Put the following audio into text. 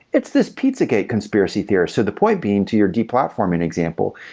it's this pizzagate conspiracy theory. so the point being to your deplatform an example.